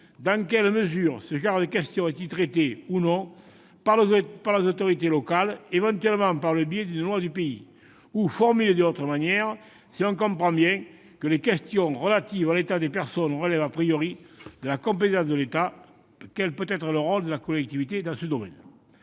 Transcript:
dans quelle mesure ce genre de questions est-il traité par les autorités locales, éventuellement par le biais d'une loi du pays ? Pour le dire d'une autre manière, si l'on comprend bien que les questions relatives à l'état des personnes relèvent de la compétence de l'État, quel peut être le rôle de la collectivité dans ce domaine ?